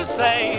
say